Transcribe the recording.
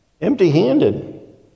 empty-handed